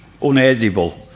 unedible